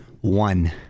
One